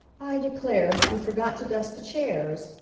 i declare, we forgot to dust the chairs,